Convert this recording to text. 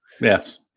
Yes